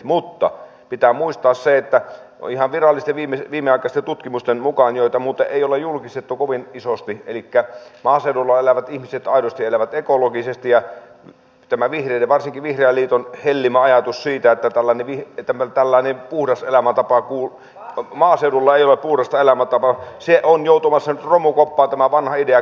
mutta pitää muistaa se että ihan virallisesti viimeaikaisten tutkimusten joita muuten ei ole julkistettu kovin isosti mukaan maaseudulla elävät ihmiset aidosti elävät ekologisesti ja tämä varsinkin vihreän liiton hellimä ajatus siitä että kalani tämä tällainen kudos elämäntapa kuulu maaseudulla ei ole puhdasta elämäntapaa on joutumassa nyt romukoppaan tämä vanha idea